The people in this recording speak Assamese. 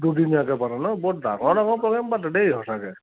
দুদিনীয়াকৈ পাতে ন বহুত ডাঙৰ ডঙৰ প্ৰগ্ৰেম পাতে দেই সঁচাকৈ